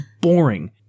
boring